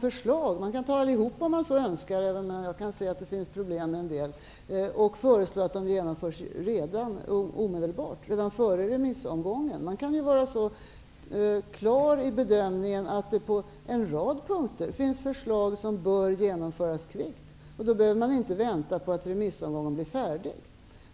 förslag -- man kan ta allihop om man så önskar, men jag kan se att det finns problem med en del -- och föreslå att de genomförs omedelbart, redan före remissomgången. Man kan ha en så klar bedömning att man ser att det på en rad punkter finns förslag som bör genomföras kvickt. Då behöver man inte vänta på att remissomgången blir färdig.